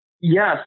Yes